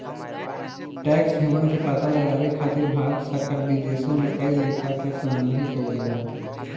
tax haven के पता लगावे खातिर भारत सरकार विदेशों में कई लेखा के संधि कईले बा